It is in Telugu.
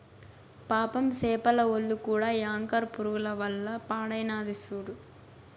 పాపం సేపల ఒల్లు కూడా యాంకర్ పురుగుల వల్ల పాడైనాది సూడు